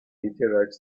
meteorites